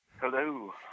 Hello